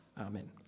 Amen